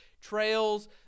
trails